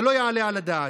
זה לא יעלה על הדעת.